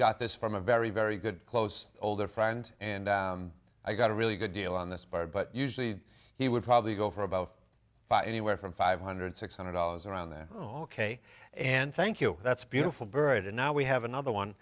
got this from a very very good close older friend and i got a really good deal on this bird but usually he would probably go for about five anywhere from five hundred six hundred dollars around there oh ok and thank you that's beautiful bird and now we have another one